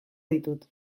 ditut